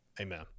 amen